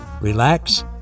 relax